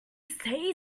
say